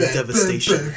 devastation